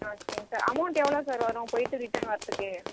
ஆ சரிங்க sir amount எவ்வளோ sir வரும் போயிட்டு ரிட்டர்ன் வரத்துக்கு